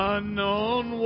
Unknown